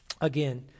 again